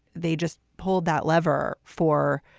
they just pulled that lever for,